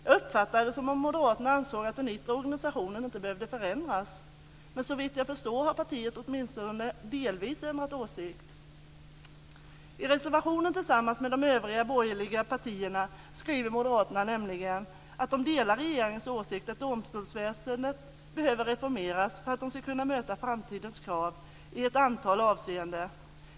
Jag uppfattade det som att Moderaterna ansåg att den yttre organisationen inte behöver förändras, men såvitt jag förstår har partiet åtminstone delvis ändrat åsikt. I reservationen tillsammans med de övriga borgerliga partierna skriver Moderaterna nämligen att de delar regeringens åsikt att domstolsväsendet behöver reformeras för att det ska kunna möta framtidens krav i ett antal avseenden.